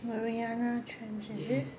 mariana trench is it